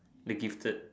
the gifted